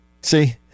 See